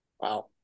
Wow